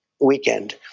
weekend